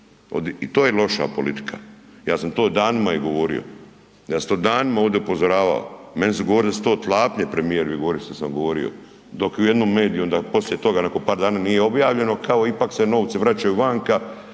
i to je loša politika, ja sam to danima govorio, ja sam danima ovdje upozoravao. Meni su govorili da su to tlapnje, premijer mi govorio što sam govorio, dok u jednom mediju onda poslije toga nakon par dana nije objavljeno, kao ipak se novci vraćaju vanka,